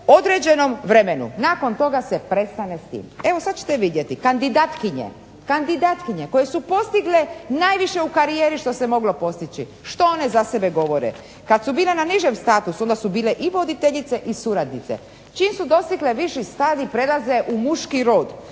određenom vremenu nakon toga se prestane s tim. Evo sad ćete vidjeti, kandidatkinje koje su postigle najviše u karijeri što se moglo postići, što one za sebe govore? Kad su bile na nižem statusu onda su bile i voditeljice i suradnice, čim su dostigle viši stadij prelaze u muški rod